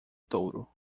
touro